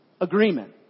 agreement